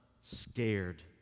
scared